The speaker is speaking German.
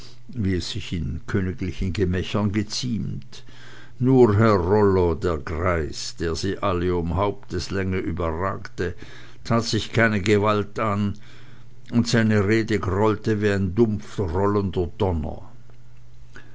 wie es sich in königlichen gemächern geziemt nur herr rollo der greis der sie alle um haupteslänge überragte tat sich keine gewalt an und seine rede grollte wie ein dumpf rollender donner